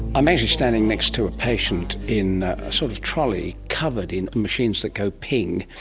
i'm actually standing next to a patient in a sort of trolley covered in machines that go ping.